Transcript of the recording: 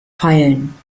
feilen